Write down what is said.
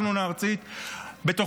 בתוך ועדת התכנון הארצית, בתוכה.